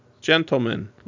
gentlemen